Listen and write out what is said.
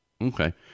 okay